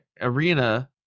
arena